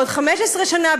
בעוד 15 שנה,